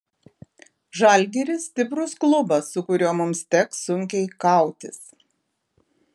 žalgiris stiprus klubas su kuriuo mums teks sunkiai kautis